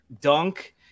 dunk